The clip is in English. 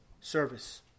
service